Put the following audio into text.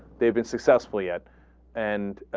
they've been successfully yet and ah.